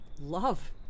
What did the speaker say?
love